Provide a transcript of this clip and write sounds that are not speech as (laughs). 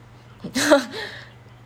(laughs)